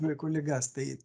vaikų ligas tai